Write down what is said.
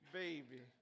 baby